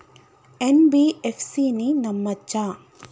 NBFC ని నమ్మచ్చా?